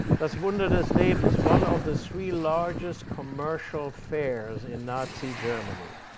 das wunder des lebens, one of the three largest commercial fairs in nazi germany.